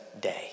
day